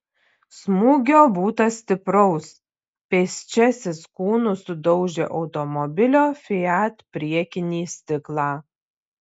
smūgio būta stipraus pėsčiasis kūnu sudaužė automobilio fiat priekinį stiklą